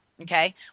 Okay